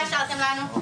מה השארתם לנו?